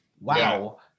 Wow